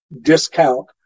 discount